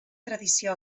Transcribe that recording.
tradició